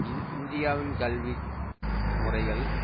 இது இந்தியாவின் கல்வி முறைகள்